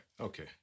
Okay